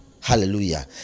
hallelujah